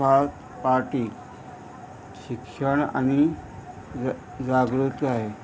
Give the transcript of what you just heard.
पार्टीक शिक्षण आनी जागृताय